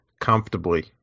comfortably